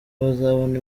bazabona